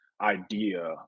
idea